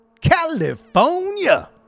California